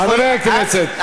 חברי הכנסת,